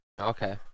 okay